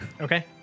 Okay